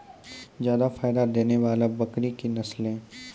जादा फायदा देने वाले बकरी की नसले?